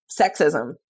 sexism